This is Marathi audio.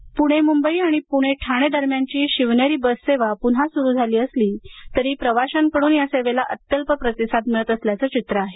शिवनेरी पुणे मुंबई आणि पुणे ठाणे दरम्यानघी शिवनेरी बससेवा पुन्हा सुरु झाली असली तरी प्रवाशांकडून या सेवेला अत्यल्प प्रतिसाद मिळत असल्याचं चित्र आहे